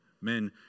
men